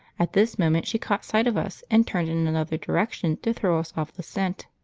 at this moment she caught sight of us and turned in another direction to throw us off the scent.